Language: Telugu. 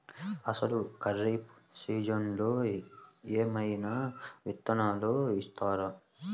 అసలు ఖరీఫ్ సీజన్లో ఏమయినా విత్తనాలు ఇస్తారా?